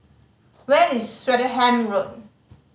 where is Swettenham Road